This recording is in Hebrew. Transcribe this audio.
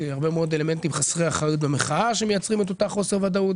גם את המחאה שמייצרת את אותה חוסר ודאות.